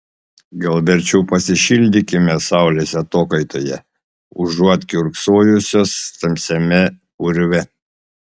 gal verčiau pasišildykime saulės atokaitoje užuot kiurksojusios tamsiame urve